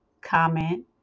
comment